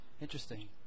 Interesting